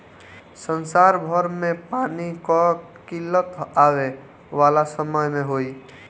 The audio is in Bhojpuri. संसार भर में पानी कअ किल्लत आवे वाला समय में होई